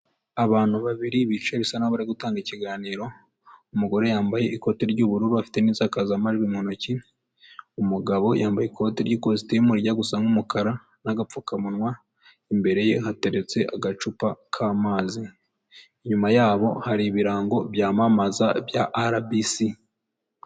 Abantu babiri bicaye bisa n'aho bari gutanga ikiganiro, umugore yambaye ikoti ry'ubururu, afite n'insakazamajwi mu ntoki, umugabo yambaye ikote ry'ikositimu, rijya gusa nk'umukara n'agapfukamunwa, imbere ye hateretse agacupa k'amazi, inyuma yabo hari ibirango byamamaza bya RBC.